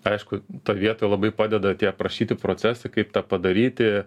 aišku toj vietoj labai padeda tie aprašyti procesai kaip tą padaryti